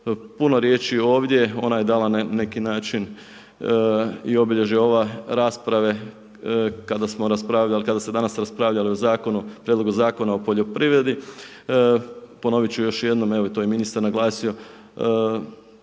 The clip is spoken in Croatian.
puno riječi ovdje, ona je dala na neki način i obilježje ove rasprave kada smo raspravljali, kada se raspravljalo o prijedlogu Zakona o poljoprivredi, ponovit ću još jednom evo i to je ministar naglasio,